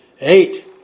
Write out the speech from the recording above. Eight